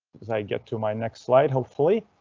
as i get to my next slide hopefully.